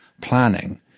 planning